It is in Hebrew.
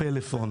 לפלאפון.